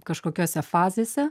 kažkokiose fazėse